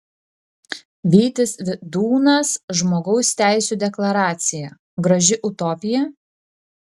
vytis vidūnas žmogaus teisų deklaracija graži utopija